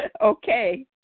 Okay